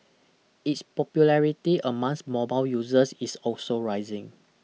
its popularity amongst mobile users is also rising